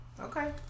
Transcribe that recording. Okay